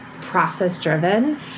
process-driven